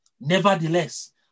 Nevertheless